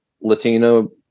Latino